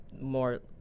more